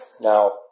Now